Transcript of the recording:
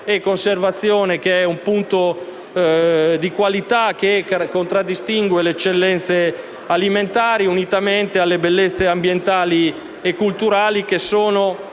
e conservazione, che è di qualità e contraddistingue le eccellenze alimentari che, unitamente alle bellezze ambientali e culturali, anche per